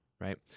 right